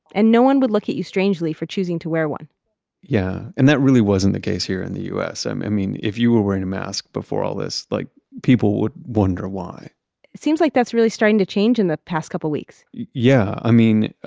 and no one would look at you strangely for choosing to wear one yeah. and that really wasn't the case here in the u s. um i mean, if you were wearing a mask before all this, like people would wonder why it seems like that's really starting to change in the past couple weeks yeah. i mean,